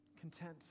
content